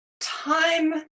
time